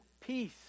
peace